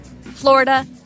Florida